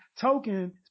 token